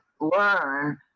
learn